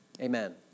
Amen